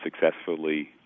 successfully